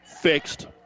fixed